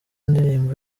ndirimbo